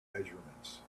measurements